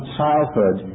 childhood